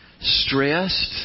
stressed